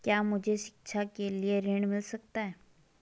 क्या मुझे शिक्षा के लिए ऋण मिल सकता है?